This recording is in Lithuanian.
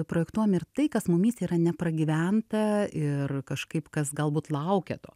projektuojam ir tai kas mumyse yra nepragyventa ir kažkaip kas galbūt laukia to